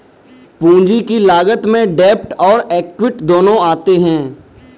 पूंजी की लागत में डेब्ट और एक्विट दोनों आते हैं